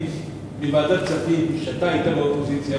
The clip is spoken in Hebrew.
בוועדת כספים, כשאתה היית באופוזיציה,